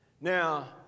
Now